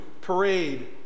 parade